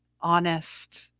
honest